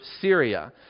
Syria